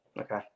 Okay